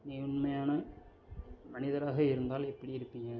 நீ உண்மையான மனிதராக இருந்தால் எப்படி இருப்பீங்க